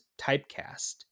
typecast